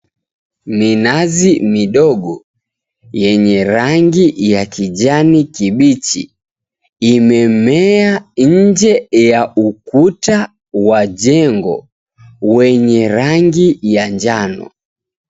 Minazi midogo, yenye rangi ya kijani kibichi, imemea nje ya ukuta wa jengo wenye rangi ya njano.